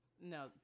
no